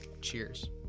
Cheers